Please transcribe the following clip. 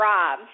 Rob